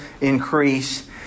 increase